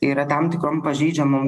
yra tam tikrom pažeidžiamom